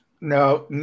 No